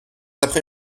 après